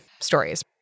stories